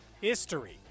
history